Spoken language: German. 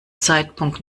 zeitpunkt